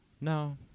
No